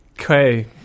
Okay